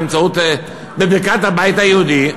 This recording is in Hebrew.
בברכת הבית היהודי.